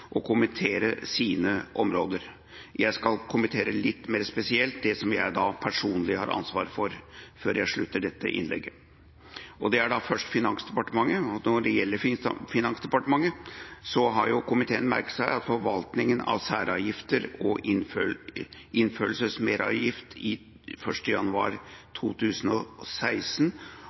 å kommentere sine områder. Jeg skal kommentere litt mer spesielt det som jeg personlig har ansvar for, før jeg slutter dette innlegget. Det er først Finansdepartementet. Når det gjelder Finansdepartementet, har komiteen merket seg at forvaltninga av særavgifter og